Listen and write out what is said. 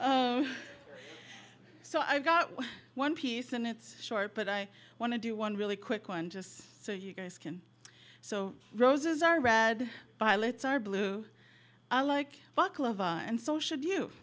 forty so i've got one piece and it's short but i want to do one really quick one just so you guys can so roses are red violets are blue i like and so should you